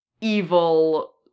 evil